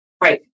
Right